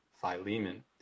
Philemon